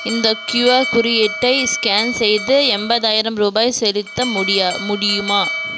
இந்த க்யூஆர் குறியீட்டை ஸ்கேன் செய்து எண்பதாயிரம் ரூபாய் செலுத்த முடியா முடியுமா